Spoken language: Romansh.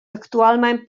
actualmein